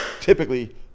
typically